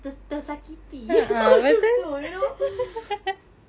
ter~ tersakiti macam tu you know